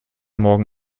morgen